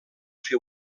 fer